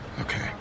Okay